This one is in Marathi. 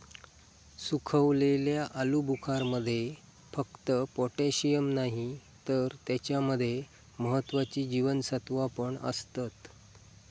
सुखवलेल्या आलुबुखारमध्ये फक्त पोटॅशिअम नाही तर त्याच्या मध्ये महत्त्वाची जीवनसत्त्वा पण असतत